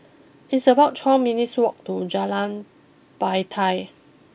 it's about twelve minutes' walk to Jalan Batai